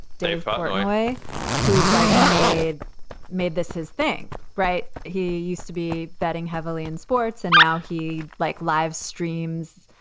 dave but farr, who's like made made this his thing. right. he used to be betting heavily in sports and now he like live streams.